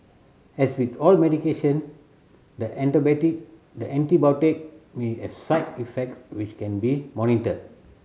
as with all medication the the antibiotic may have side effect which can be monitored